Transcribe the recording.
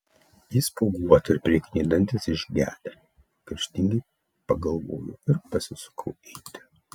ji spuoguota ir priekiniai dantys išgedę kerštingai pagalvojau ir pasisukau eiti